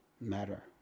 matter